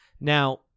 Now